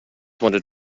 wanted